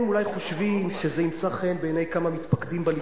הם אולי חושבים שזה ימצא חן בעיני כמה מתפקדים בליכוד,